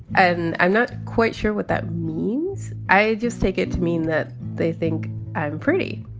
and i'm not quite sure what that means. i just take it to mean that they think i'm pretty,